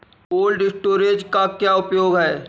Cold storage का क्या उपयोग है?